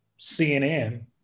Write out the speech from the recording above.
CNN